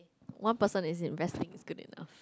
one person is investing is good enough